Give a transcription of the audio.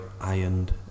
ironed